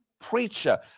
preacher